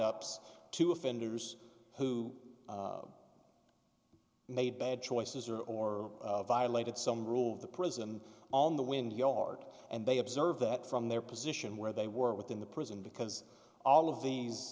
ups to offenders who made bad choices or or violated some rule of the prison on the wind yard and they observe that from their position where they were within the prison because all of these